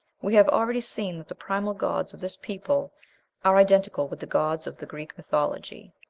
we have already seen that the primal gods of this people are identical with the gods of the greek mythology,